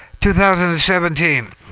2017